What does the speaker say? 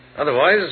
Otherwise